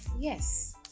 Yes